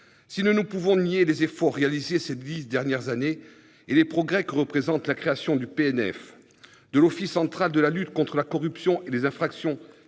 Si nous ne pouvons nier les efforts réalisés ces dix dernières années et les progrès que représente la création du PNF, de l'Office central de lutte contre la corruption et les infractions